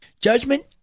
Judgment